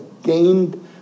gained